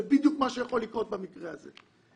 זה בדיוק מה שיכול לקרות במקרה הזה.